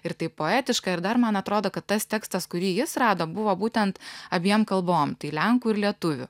ir taip poetiška ir dar man atrodo kad tas tekstas kurį jis rado buvo būtent abiem kalbom tai lenkų ir lietuvių